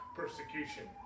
persecution